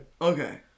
Okay